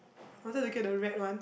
wanted to get the red one